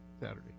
Saturday